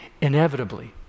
Inevitably